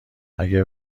اگه